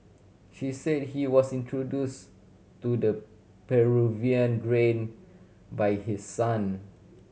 he said he was introduce to the Peruvian grain by his son